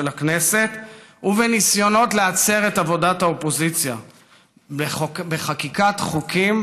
הכנסת ובניסיונות להצר את עבודת האופוזיציה בחקיקת חוקים,